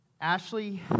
Ashley